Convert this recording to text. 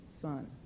son